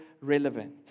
relevant